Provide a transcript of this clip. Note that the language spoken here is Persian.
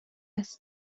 است